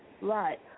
Right